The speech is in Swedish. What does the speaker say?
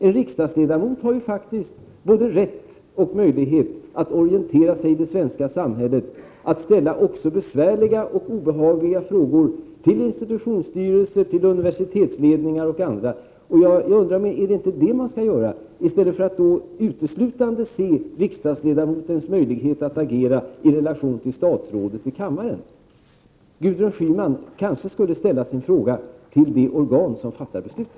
En riksdagsledamot har faktiskt både rätt och möjlighet att orientera sig i det svenska samhället och ställa även besvärliga och obehagliga frågor till institutionsstyrelser, universitetsledningar och andra. Jag undrar om inte det är vad man skall göra i stället för att uteslutande se riksdagsledamotens möjlighet att agera i relation till statsrådet i kammaren. Gudrun Schyman kanske skall ställa sin fråga till det organ som fattar besluten.